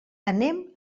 anem